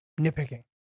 nitpicking